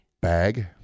Bag